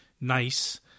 nice